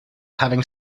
having